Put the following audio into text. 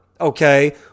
okay